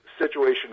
situation